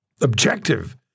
objective